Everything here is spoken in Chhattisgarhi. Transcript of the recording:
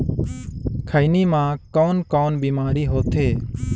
खैनी म कौन कौन बीमारी होथे?